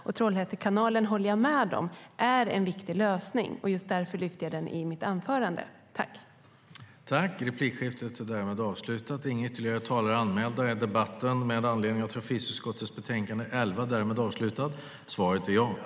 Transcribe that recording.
Jag håller med om att Trollhätte kanal är en viktig lösning, och därför lyfte jag upp den i mitt anförande.